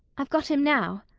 i've got him now.